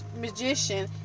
magician